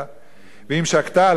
ואם שקטה למה יראה?